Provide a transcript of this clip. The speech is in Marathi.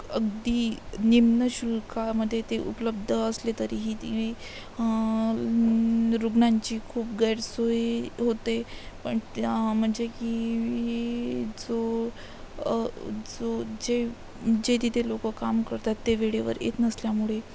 अगदी निम्नशुल्कामध्ये ते उपलब्ध असले तरीही ती रुग्णांची खूप गैरसोय होते पण त्या म्हणजे की जो जो जे जे तिथे लोकं काम करतात ते वेळेवर येत नसल्यामुळे